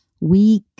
weak